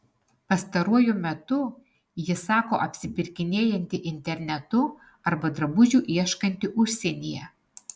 pastaruoju metu ji sako apsipirkinėjanti internetu arba drabužių ieškanti užsienyje